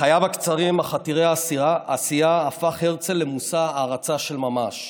בחייו הקצרים אך עתירי העשייה הפך הרצל למושא הערצה של ממש.